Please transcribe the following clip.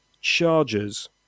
charges